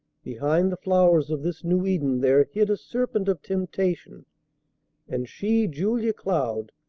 behind the flowers of this new eden there hid a serpent of temptation and she, julia cloud,